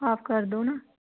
half ਕਰ ਦਿਉ ਨਾ